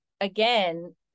again